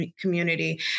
community